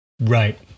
Right